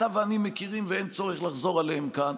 שאתה ואני מכירים ואין צורך לחזור עליהם כאן.